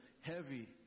heavy